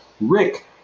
Rick